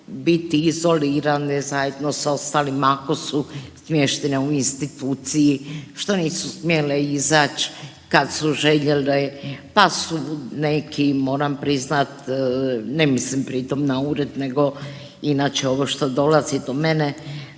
biti izolirane zajedno s ostalima ako su smještene u instituciji, što nisu smjele izać kad su željele, pa su neki moram priznat, ne mislim pritom na ured nego inače ovo što dolazi do mene,